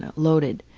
loaded.